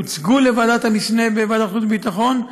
הוצגו לוועדת המשנה בוועדת החוץ והביטחון,